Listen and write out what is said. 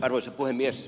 arvoisa puhemies